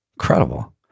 Incredible